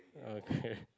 okay